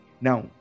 now